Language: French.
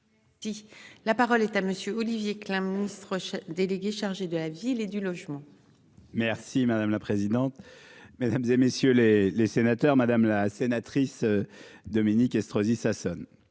la parole est à monsieur Olivier Klein, ministre délégué chargé de la ville et du logement. Merci madame la présidente. Mesdames, et messieurs les les sénateurs, madame la sénatrice. Dominique Estrosi Sassone